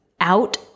out